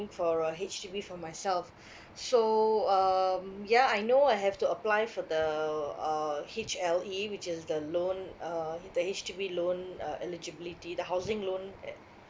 for a H_D_B for myself so um ya I know I have to apply for the uh H_L_E which is the loan uh the H_D_B loan uh eligibility the housing loan at